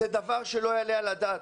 וזה דבר שלא יעלה על הדעת.